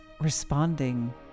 responding